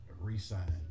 re-sign